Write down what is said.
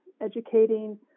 educating